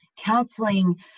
counseling